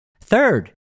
Third